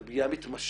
על פגיעה מתמשכת,